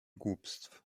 głupstw